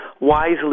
wisely